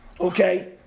okay